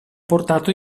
portato